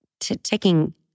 taking